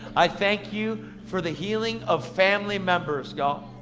i thank you for the healing of family members, god.